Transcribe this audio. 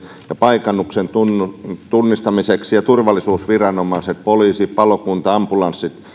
paikannuksen tekemiseksi ja turvallisuusviranomaiset poliisi palokunta ambulanssit